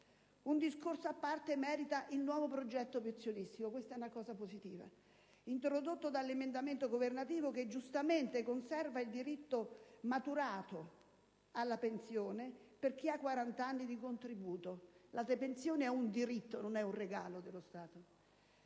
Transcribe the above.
Un discorso a parte merita il nuovo progetto pensionistico introdotto dall'emendamento governativo che, giustamente, conserva il diritto maturato alla pensione per chi ha 40 anni di contributi. La pensione è un diritto, non un regalo dello Stato!